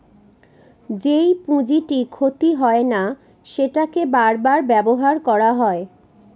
যেই পুঁজিটি ক্ষতি হয় না সেটাকে বার বার ব্যবহার করা হয়